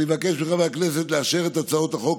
אני מבקש מחברי הכנסת לאשר את הצעת החוק